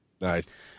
Nice